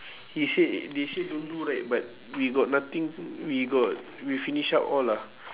it say they say don't do right but we got nothing we got we finish up all lah